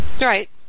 Right